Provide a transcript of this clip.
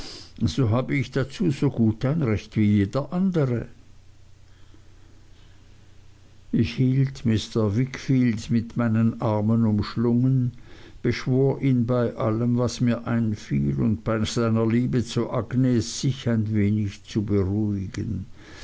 so habe ich dazu so gut ein recht wie jeder andere ich hielt mr wickfield mit meinen armen umschlungen beschwor ihn bei allem was mir einfiel und bei seiner liebe zu agnes sich ein wenig zu beruhigen